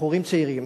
בחורים צעירים